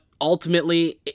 Ultimately